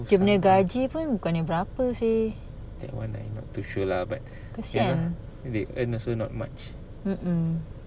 dia punya gaji bukannya berapa seh kesian mm mm